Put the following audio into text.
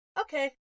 okay